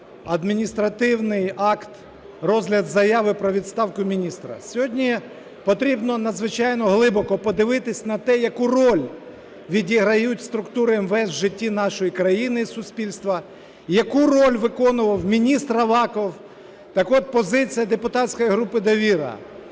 адміністративний акт - розгляд заяви про відставку міністра, сьогодні потрібно надзвичайно глибоко подивитись на те, яку роль відіграють структури МВС в житті нашої країни і суспільства і яку роль виконував міністр Аваков. Так от, позиція депутатської групи "Довіра":